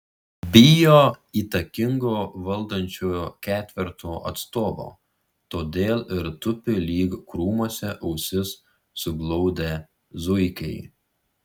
bijo įtakingo valdančiojo ketverto atstovo todėl ir tupi lyg krūmuose ausis suglaudę zuikiai